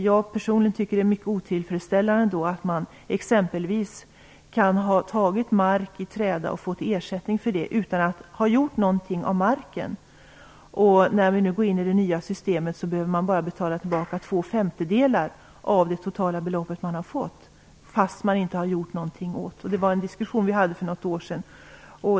Jag personligen tycker att det är mycket otillfredsställande att man exempelvis kan ha lagt mark i träda och fått ersättning för det utan att ha gjort någonting av marken. När vi nu går in i det nya systemet behöver man bara betala tillbaka två femtedelar av det totala belopp man har fått, fast man inte har gjort någonting med marken. Vi hade en diskussion om detta för något år sedan.